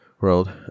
world